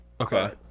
Okay